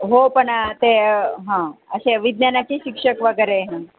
हो पण ते हां असे विज्ञानाचे शिक्षक वगैरे हं